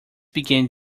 begins